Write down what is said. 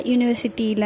University